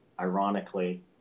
ironically